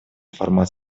формат